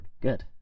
Good